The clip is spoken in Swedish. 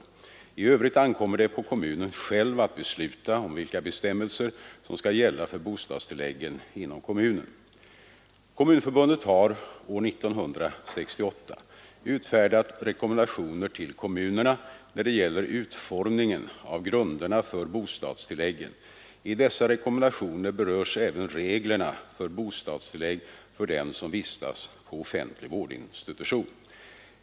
I övrigt ankommer det på kommunen själv att besluta om vilka bestämmelser som skall gälla för bostadstilläggen inom kommunen. Kommunförbundet har år 1968 utfärdat rekommendationer till kommunerna när det gäller utformningen av grunderna för bostadstilläggen. I dessa rekommendationer berörs även reglerna för bostadstillägg för den som vistas på offentlig vårdinstitution.